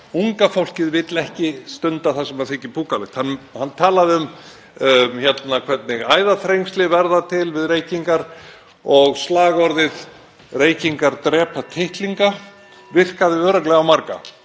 Unga fólkið vill ekki stunda það sem þykir púkalegt. Hann talaði um hvernig æðaþrengsli verða til við reykingar og slagorðið Reykingar drepa tittlinga (Forseti hringir.) virkaði